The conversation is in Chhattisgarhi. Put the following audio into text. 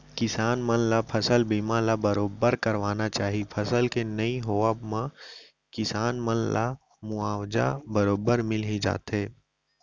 किसान मन ल फसल बीमा ल बरोबर करवाना चाही फसल के नइ होवब म किसान मन ला मुवाजा बरोबर मिल ही जाथे